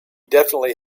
definitely